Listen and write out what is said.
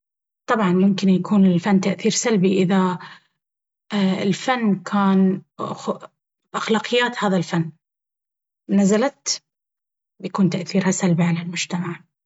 طبعا ممكن يكون للفن تأثير سلبي إذا الفن كان أخلاقيات هذا الفن… نزلت! يكون تأثيرها سلبي على المجتمع.